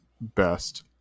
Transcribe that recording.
best